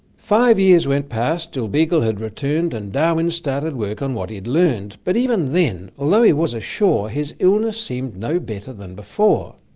five years went past till beagle had returned and darwin started work on what he'd learned but even then, although he was ashore his illness seemed no better than before.